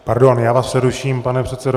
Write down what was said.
Pardon, já vás přeruším, pane předsedo.